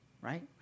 Right